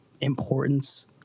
importance